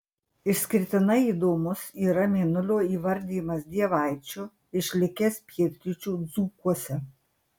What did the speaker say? išskirtinai įdomus yra mėnulio įvardijimas dievaičiu išlikęs pietryčių dzūkuose